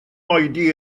oedi